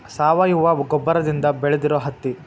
ಸಾವಯುವ ಗೊಬ್ಬರದಿಂದ ಬೆಳದಿರು ಹತ್ತಿ